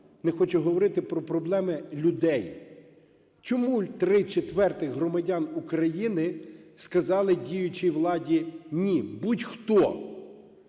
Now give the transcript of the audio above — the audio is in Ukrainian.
не хоче говорити про проблеми людей. Чому три четвертих громадян України сказали діючій владі "ні"? Будь-хто,